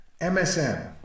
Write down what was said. MSM